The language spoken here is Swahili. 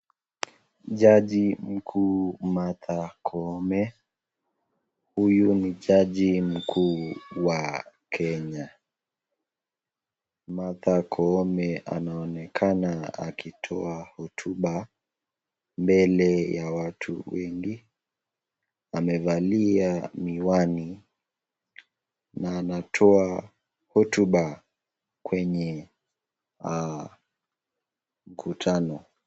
Jaji mkuu Martha Koome, huyu ni jaji mkuu wa Kenya. Martha Koome anaonekana akitoa hotuba, mbele ya watu wengi. Amevalia miwani na anatoa hotuba kwenye mkutano.